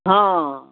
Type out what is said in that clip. हँ